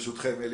אלי,